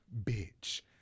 Bitch